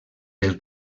del